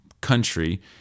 country